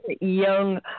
young